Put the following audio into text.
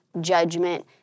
judgment